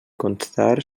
constar